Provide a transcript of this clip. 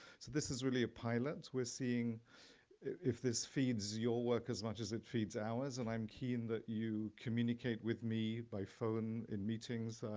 so this is really a pilot. we're seeing if this feeds your work as much as it feeds ours, and i'm keen that you communicate with me by phone, in meetings.